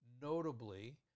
Notably